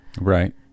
Right